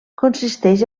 consisteix